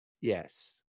Yes